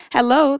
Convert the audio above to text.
Hello